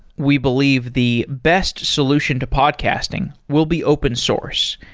we believe the best solution to podcasting will be open source,